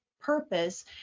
purpose